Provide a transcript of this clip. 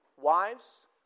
Wives